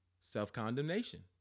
self-condemnation